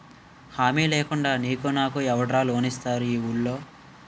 హామీ లేకుండా నీకు నాకు ఎవడురా లోన్ ఇస్తారు ఈ వూళ్ళో?